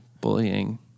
bullying